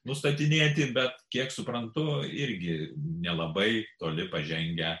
nustatinėti bet kiek suprantu irgi nelabai toli pažengę